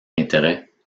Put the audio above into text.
intérêt